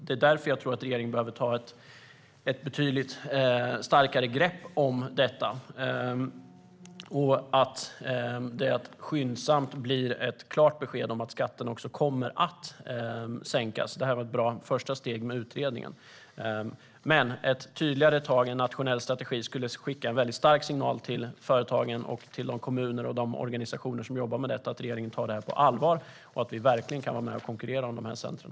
Det är därför jag tror att regeringen behöver ta ett betydligt starkare grepp om detta. Det behöver också skyndsamt bli ett klart besked att skatten kommer att sänkas. Utredningen var ett bra första steg, men ett tydligare tag med en nationell strategi skulle skicka en stark signal till företagen och till de kommuner och organisationer som jobbar med detta att regeringen tar detta på allvar och att vi verkligen kan vara med och konkurrera om centren.